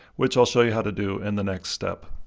which i'll show you how to do in the next step.